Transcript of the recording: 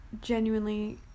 Genuinely